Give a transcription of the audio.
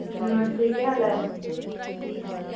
नमस्ते केह् हाल ऐ